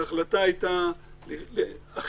ההחלטה הייתה אחידות.